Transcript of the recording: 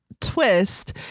twist